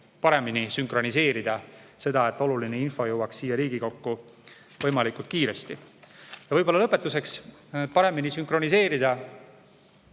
paremini kõike sünkroniseerida, et oluline info jõuaks siia Riigikokku võimalikult kiiresti. Ja lõpetuseks: paremini sünkroniseerida